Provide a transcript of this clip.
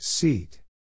Seat